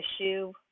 issue